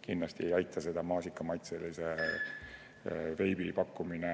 Kindlasti ei aita kaasa maasikamaitselise veibi pakkumine